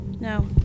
No